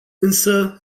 însă